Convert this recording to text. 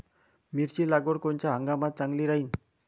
मिरची लागवड कोनच्या हंगामात चांगली राहीन?